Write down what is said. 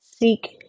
Seek